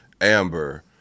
amber